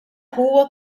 rua